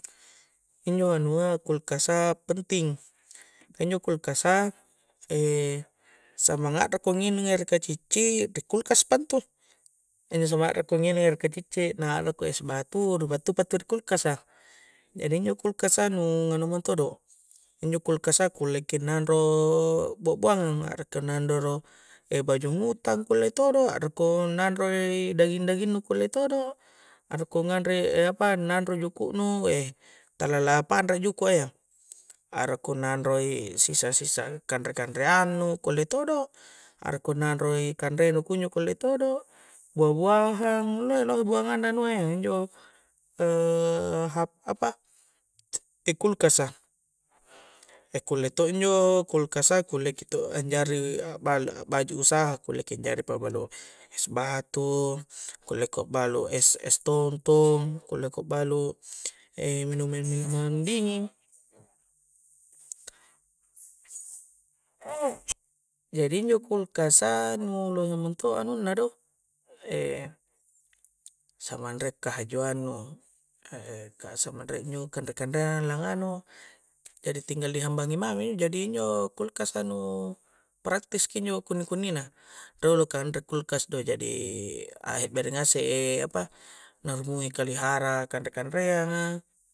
Injo' anua' kulkasa penting, kah injo' kulkasa e' samang a'ra ko nginung ere' kacicci' ri' kulkas pa' intu jadi samang a'ra ko nginung kacicci' na alako es batu, ri' battu'pa tu' ri' kulkasa jadi injo' kulkasa nu' nganu mintodo', injo' kulkasa kulle' ki nanro' bo'boangang', are' ko' nandero' e' bajumutang' kulle' todo', are' ko nandro ri' daging-daging nu kulle' todo, are'ko nganre e' apa nandro juku' nu e' tala lapan'ra juku' a ya are'ko nandro'i sisa-sisa kanre-kanreang nu' kulle todo', are'ko nandro'i kandre' nu kunjo' kulle' todo buah-buahang, lohe' buanganna anu'a ya injo', e' apa ri' kulkasa e' kulle to' injo' kulkasa, kulleki to anjari a'bala baju' usaha', kulle'ki jadi pabalu es batu, kulle'ko balu' es-es tontong kulle'ko balu' e' minum-minuman dinging' jadi injo' kulkasa nu' lohe' mento' anunna do, e' samang re' kahajuannu, kah e' kah samang re' injo' kanre-kanreangan la' anu jadi, tinggal di hambangi mami injo' jadi injo' kulkasa nu praktiski injo' kunni-kunni na, dulu kan re' kulkas do, jadi ah' bere'ngase'i apa', na mu'i kalihara' kanre-kanreanga